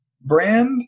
brand